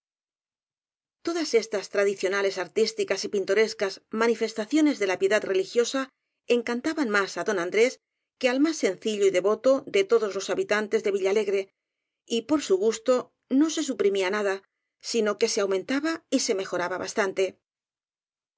todas estas tradicionales artísticas y pintorescas manifestaciones de la piedad religiosa encantaban más á don andrés que al más sencillo y devoto de todos los habitantes de villalegre y por su gusto no se suprimía nada sino que se aumentaba y se mejoraba bastante